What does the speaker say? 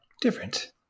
different